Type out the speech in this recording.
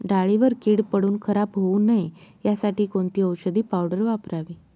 डाळीवर कीड पडून खराब होऊ नये यासाठी कोणती औषधी पावडर वापरावी?